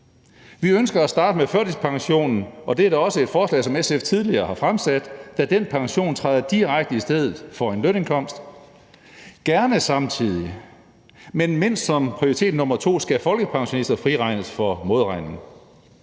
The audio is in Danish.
Vi ønsker at starte med førtidspensionen, og det er da også et forslag, som SF tidligere har fremsat, da den pension træder direkte i stedet for en lønindkomst. Gerne samtidig, men mindst som prioritet nummer to, skal folkepensionister friholdes for modregning.